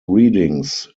readings